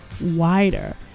wider